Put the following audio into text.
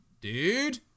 dude